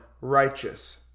righteous